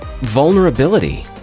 vulnerability